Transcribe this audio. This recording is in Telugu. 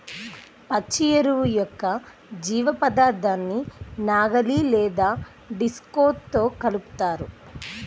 పచ్చి ఎరువు యొక్క జీవపదార్థాన్ని నాగలి లేదా డిస్క్తో కలుపుతారు